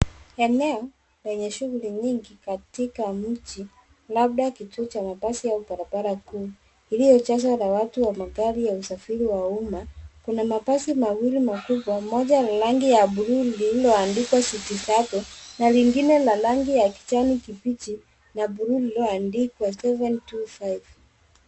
Eneo lenye shughuli nyingi katika mji, labda kituo cha mabasi au barabara kuu iliyojazwa na watu wa magari ya usafiri wa umma. Kuna mabasi mawili makubwa, moja ni rangi ya blue lililoandikwa City Sacco na lingine la rangi ya kijani kibichi na blue lililoandikwa 725.